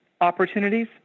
opportunities